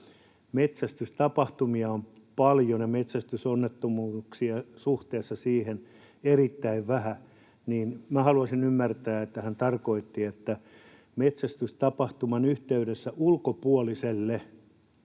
että metsästystapahtumia on paljon ja metsästysonnettomuuksia suhteessa siihen erittäin vähän. Niin minä haluaisin ymmärtää, että hän tarkoitti: että metsästystapahtuman yhteydessä ulkopuoliselle